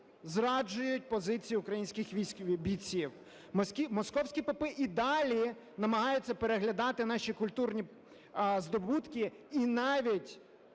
зраджують позицію українських бійців. Московські попи і далі намагаються переглядати наші культурні здобутки і навіть